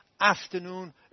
afternoon